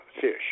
fish